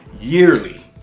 yearly